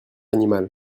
animal